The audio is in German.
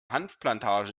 hanfplantage